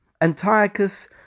Antiochus